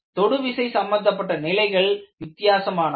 தொடு விசை சம்பந்தப்பட்ட நிலைகள் வித்தியாசமானவை